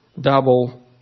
double